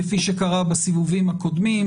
כפי שקרה בסיבובים הקודמים,